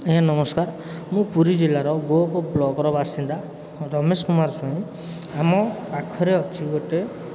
ଆଜ୍ଞା ନମସ୍କାର ମୁଁ ପୁରୀ ଜିଲ୍ଲାର ଗୋପ ବ୍ଲକର ବାସିନ୍ଦା ରମେଶ କୁମାର ସ୍ୱାଇଁ ଆମ ପାଖରେ ଅଛି ଗୋଟେ